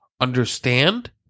understand